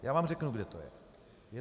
Já vám řeknu, kde to je.